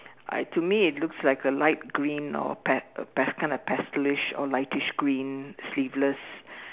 I to me it looks like a light green or pas~ pas~ kind of pastelish or lightish green sleeveless